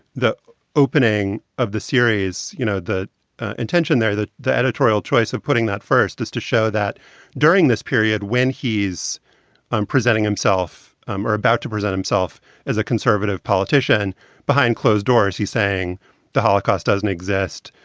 the opening of the series, you know, the intention there that the editorial choice of putting that first is to show that during this period when he's um presenting himself um are about to present himself as a conservative politician behind closed doors. he's saying the holocaust doesn't exist.